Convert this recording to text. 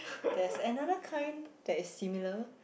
there's another kind that is similar